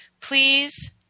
please